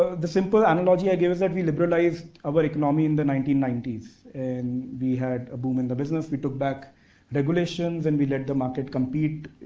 the simple analogy i give is that we liberalized our economy in the nineteen ninety s, and we had a boom in the business. we took back regulations and we let the market compete,